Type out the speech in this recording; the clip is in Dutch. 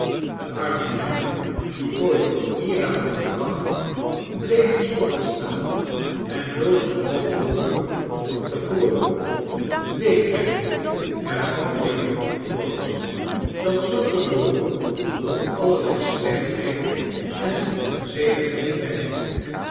de arme nelly die nooit hieraan had gedacht bleef verstomd staan en bloosde nog hooger dan te voren weet gij niet hervatte jufvrouw monflathers dat zulk een beroep tot allerlei slechtheid en onzedigheid leidt